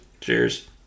Cheers